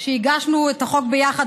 הגשנו את החוק ביחד,